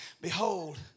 Behold